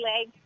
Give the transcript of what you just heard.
leg